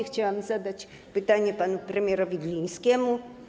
Chciałam zadać pytanie panu premierowi Glińskiemu.